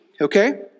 okay